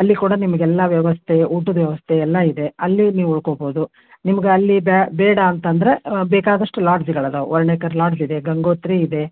ಅಲ್ಲಿ ಕೂಡ ನಿಮಗೆಲ್ಲ ವ್ಯವಸ್ಥೆ ಊಟದ ವ್ಯವಸ್ಥೆ ಎಲ್ಲ ಇದೆ ಅಲ್ಲಿ ನೀವು ಉಳ್ಕೊಳ್ಬಹುದು ನಿಮ್ಗೆ ಅಲ್ಲಿದೆ ಬೇಡ ಅಂತ ಅಂದ್ರೆ ಬೇಕಾದಷ್ಟು ಲಾಡ್ಜ್ಗಳು ಅದಾವು ವರ್ಣೇಕರ್ ಲಾಡ್ಜ್ ಇದೆ ಗಂಗೋತ್ರಿ ಇದೆ